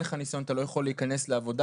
לך ניסיון אתה לא יכול להיכנס לעבודה,